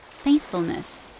faithfulness